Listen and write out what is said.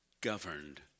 governed